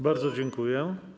Bardzo dziękuję.